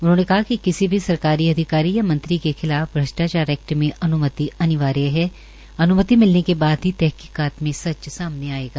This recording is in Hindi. उन्होंने कहा कि भिसी भी सरकारी अधिकारी या मंत्री के खिलाफ भ्रष्ट्राचार एक्ट में अन्मति अनिवार्य है अन्मति मिलने के बाद ही तहकीकात में सच सामने आयेगा